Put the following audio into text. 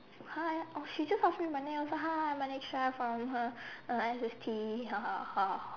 she just ask me my name I was like hi my name is chef S H T E